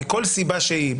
מכל סיבה שהיא,